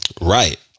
Right